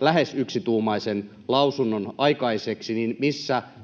lähes yksituumaisen mietinnön aikaiseksi, [Puhemies